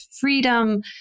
freedom